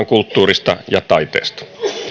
kulttuurista ja taiteesta